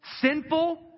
sinful